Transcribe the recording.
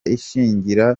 ishingiro